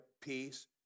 peace